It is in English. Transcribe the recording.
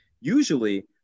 usually